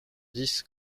dix